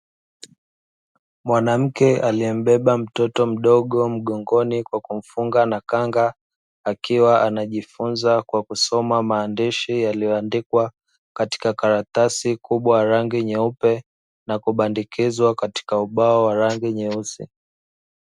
Mwanamke aliyembeba mtoto mdogo mgongoni kwa kumfunga na kanga akiwa anajifunza kwa kusoma maandishi yaliyoandikwa katika karatasi kubwa la rangi nyeupe na kubandikizwa katika ubao wa rangi nyeusi.